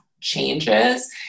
changes